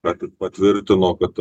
bet ir patvirtino kad